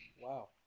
wow